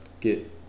get